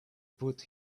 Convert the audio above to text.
put